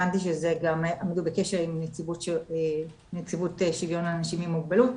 הבנתי שזה גם בקשר עם נציבות שוויון אנשים עם מוגבלות,